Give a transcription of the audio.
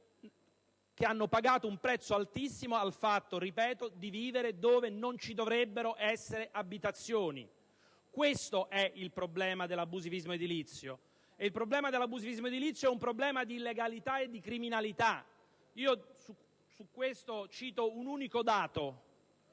che hanno pagato un prezzo altissimo al fatto di vivere dove non dovrebbero esserci abitazioni. Questo è il problema dell'abusivismo edilizio. Il problema dell'abusivismo edilizio è un problema di legalità e di criminalità. A questo proposito cito un unico dato: